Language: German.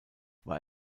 war